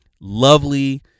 lovely